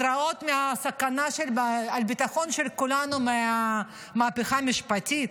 התראות מהסכנה לביטחון של כולנו מהמהפכה המשפטית,